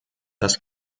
dass